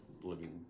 living